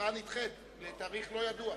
שההצבעה נדחית לתאריך לא ידוע.